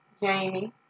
Jamie